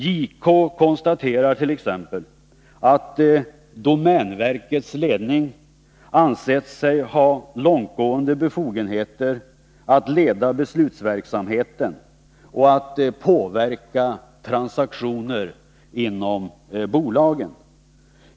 JK konstaterar t.ex. att domänverkets ledning ansett sig ha långtgående befogenheter att leda beslutsverksamheten och att påverka transaktioner inom bolagen.